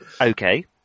Okay